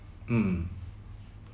mm